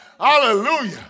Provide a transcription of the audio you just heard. Hallelujah